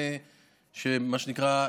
מה שנקרא,